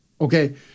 Okay